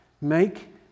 Make